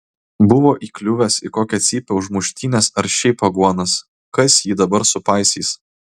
buvo įkliuvęs į kokią cypę už muštynes ar šiaip aguonas kas jį dabar supaisys